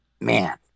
Man